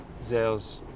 Zales